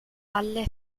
alle